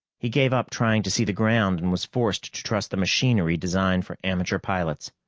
he gave up trying to see the ground and was forced to trust the machinery designed for amateur pilots.